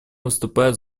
выступает